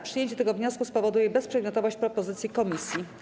Przyjęcie tego wniosku spowoduje bezprzedmiotowość propozycji komisji.